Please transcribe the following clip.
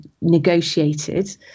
negotiated